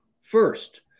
First